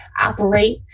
operate